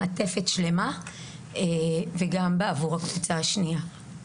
מעטפת שלמה - וגם עבור הקבוצה השנייה.